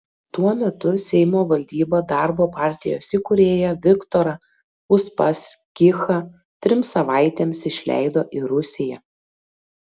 tuo metu seimo valdyba darbo partijos įkūrėją viktorą uspaskichą trims savaitėms išleido į rusiją